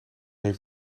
heeft